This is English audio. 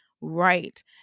Right